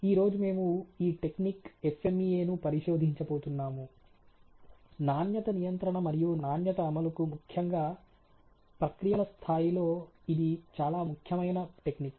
ఈ రోజు మేము ఈ టెక్నిక్ FMEA ను పరిశోధించబోతున్నాము నాణ్యత నియంత్రణ మరియు నాణ్యత అమలుకు ముఖ్యంగా ప్రక్రియల స్థాయిలో ఇది చాలా ముఖ్యమైన టెక్నిక్